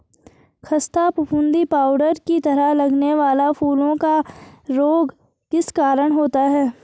खस्ता फफूंदी पाउडर की तरह लगने वाला फूलों का रोग किस कारण होता है?